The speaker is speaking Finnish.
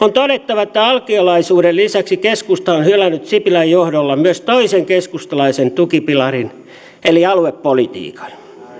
on todettava että alkiolaisuuden lisäksi keskusta on hylännyt sipilän johdolla myös toisen keskustalaisen tukipilarin eli aluepolitiikan